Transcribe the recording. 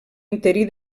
interí